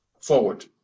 forward